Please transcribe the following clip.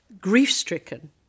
grief-stricken